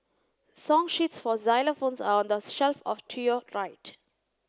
song sheets for xylophones are on the shelf of to your right